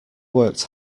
worked